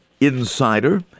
Insider